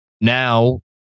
now